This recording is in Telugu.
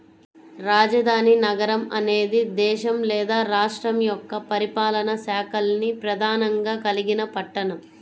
రాజధాని నగరం అనేది దేశం లేదా రాష్ట్రం యొక్క పరిపాలనా శాఖల్ని ప్రధానంగా కలిగిన పట్టణం